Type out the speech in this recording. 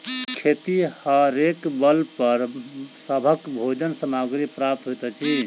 खेतिहरेक बल पर सभक भोजन सामग्री प्राप्त होइत अछि